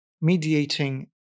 mediating